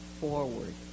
forward